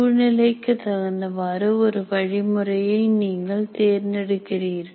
சூழ்நிலைக்கு தகுந்தவாறு ஒரு வழிமுறையை நீங்கள் தேர்ந்தெடுக்கிறீர்கள்